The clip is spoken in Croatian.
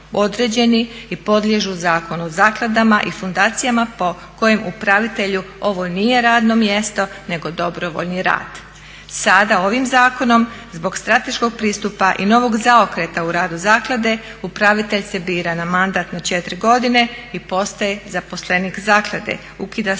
i podliježu Zakonu o zakladama i fundacijama po kojem upravitelju ovo nije radno mjesto nego dobrovoljni rad. Sada ovim zakonom zbog strateškog pristupa i novog zaokreta u radu zaklade upravitelj se bira na mandat na 4 godine i postaje zaposlenik zaklade. Ukida se